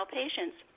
patients